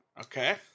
Okay